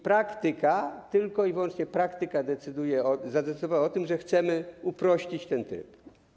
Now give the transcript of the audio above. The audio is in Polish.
Praktyka, tylko i wyłącznie praktyka zadecydowała o tym, że chcemy uprościć ten tryb.